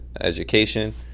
education